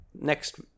next